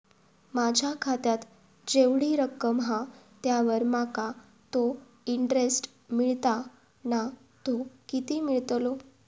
माझ्या खात्यात जेवढी रक्कम हा त्यावर माका तो इंटरेस्ट मिळता ना तो किती मिळतलो?